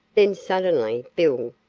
then suddenly bill,